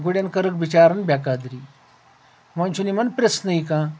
گُرٮ۪ن کٔرٕکھ بچارن بےٚ قدری وۄنۍ چھُنہٕ یِمن پرٕژھنٕے کانٛہہ